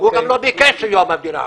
הוא גם לא ביקש סיוע מהמדינה.